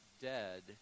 dead